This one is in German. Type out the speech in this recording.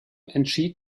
entschied